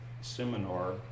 seminar